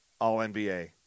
All-NBA